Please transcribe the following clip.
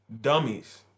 dummies